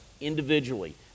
individually